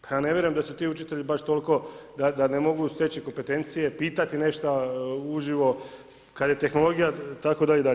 Pa ja ne vjerujem da su ti učitelji baš toliko da ne mogu steći kompetencije, pitati nešto uživo kada je tehnologija itd. i dalje.